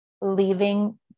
leaving